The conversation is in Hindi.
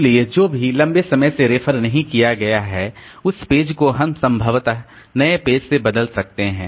इसलिए जो भी पेज लंबे समय से रेफर नहीं किया गया है उस पेज को हम संभवतः नए पेज से बदल सकते हैं